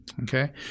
okay